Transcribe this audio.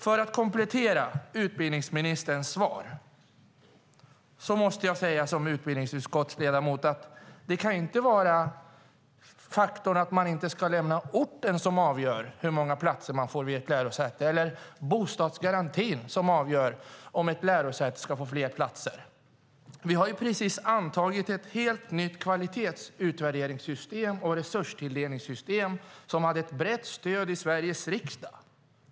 För att komplettera utbildningsministerns svar måste jag som utbildningsutskottsledamot säga att det inte kan vara faktorn att man inte ska lämna orten som avgör hur många platser man får vid ett lärosäte eller bostadsgarantin som avgör om ett lärosäte ska få fler platser. Vi har precis antagit ett helt nytt kvalitetsutvärderingssystem och resurstilldelningssystem som hade ett brett stöd i Sveriges riksdag.